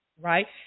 right